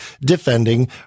Defending